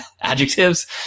adjectives